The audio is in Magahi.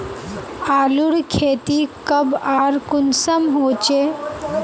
आलूर खेती कब आर कुंसम होचे?